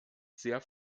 sehr